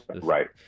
right